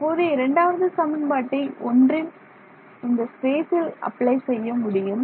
இப்போது இரண்டாவது சமன்பாட்டை ஒன்றில் இந்த ஸ்பேசில் அப்ளை செய்ய முடியும்